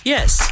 Yes